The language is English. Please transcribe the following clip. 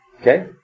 Okay